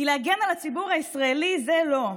כי להגן על הציבור הישראלי זה לא.